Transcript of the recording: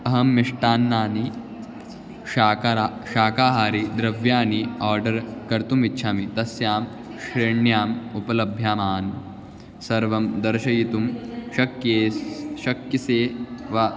अहं मिष्टान्नानि शर्करा शाकाहारी द्रव्याणि आर्डर् कर्तुम् इच्छामि तस्यां श्रेण्याम् उपलभ्यामानं सर्वं दर्शयितुं शक्येत शक्यते वा